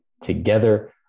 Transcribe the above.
together